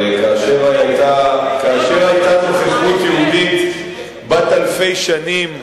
אבל כאשר היתה נוכחות יהודית בת אלפי שנים,